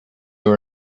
were